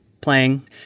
playing